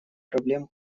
проблем